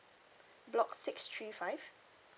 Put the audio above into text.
block six three five